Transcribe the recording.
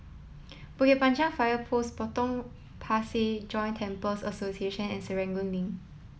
Bukit Panjang Fire Post Potong Pasir Joint Temples Association and Serangoon Link